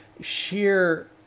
sheer